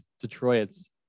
Detroit's